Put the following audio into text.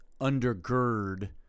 undergird